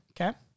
Okay